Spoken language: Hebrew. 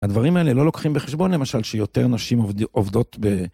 הדברים האלה לא לוקחים בחשבון, למשל, שיותר נשים עובדות ב...